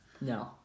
No